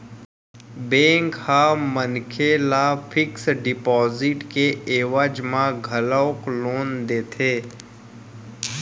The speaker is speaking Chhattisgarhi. बेंक ह मनखे ल फिक्स डिपाजिट के एवज म घलोक लोन देथे